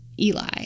Eli